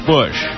Bush